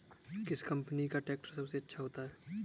किस कंपनी का ट्रैक्टर अच्छा होता है?